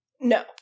No